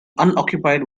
unoccupied